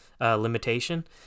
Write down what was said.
limitation